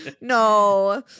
No